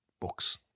books